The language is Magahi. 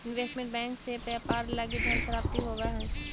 इन्वेस्टमेंट बैंक से व्यापार लगी धन प्राप्ति होवऽ हइ